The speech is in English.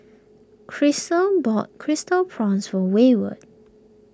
Krystal bought crystal Prawns for wayward